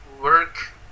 work